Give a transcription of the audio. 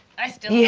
i still yeah